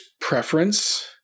preference –